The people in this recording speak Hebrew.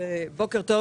בוקר טוב